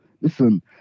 Listen